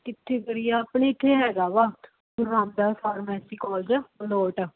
ਕਿੱਥੇ ਕਰੀਏ ਆਪਣੇ ਇੱਥੇ ਹੈਗਾ ਵਾ ਗੁਰੂ ਰਾਮਦਾਸ ਫਾਰਮੈਸੀ ਕੋਲਜ ਮਲੋਟ